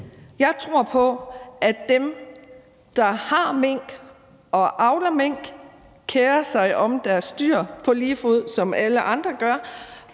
Jeg tror på, at dem, der har mink og avler mink, kerer sig om deres dyr på lige fod med alle andre,